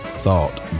thought